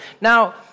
Now